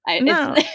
No